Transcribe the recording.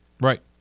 Right